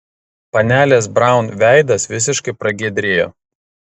panelės braun veidas visiškai pragiedrėjo